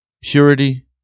purity